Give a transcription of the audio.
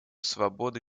свободы